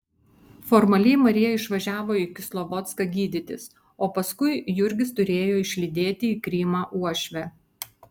formaliai marija išvažiavo į kislovodską gydytis o paskui jurgis turėjo išlydėti į krymą uošvę